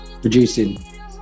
producing